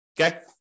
Okay